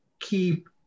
keep